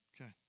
Okay